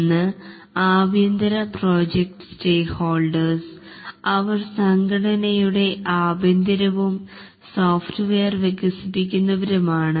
ഒന്ന് ആഭ്യന്തര project stakeholders അവർ സംഘടനയുടെ ആഭ്യന്തരവും സോഫ്റ്റ്വെയർ വികസിപ്പിക്കുന്നവരുമാണ്